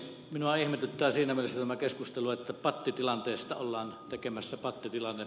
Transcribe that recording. minua ihmetyttää siinä mielessä tämä keskustelu että pattitilanteesta ollaan tekemässä pattitilanne